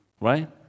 Right